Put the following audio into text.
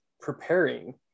preparing